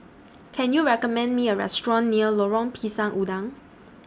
Can YOU recommend Me A Restaurant near Lorong Pisang Udang